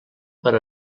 per